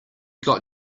got